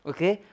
Okay